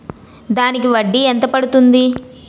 దానికి వడ్డీ ఎంత పడుతుంది?